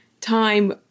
time